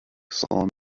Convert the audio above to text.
saw